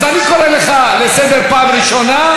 אז אני קורא אותך לסדר פעם ראשונה,